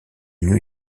new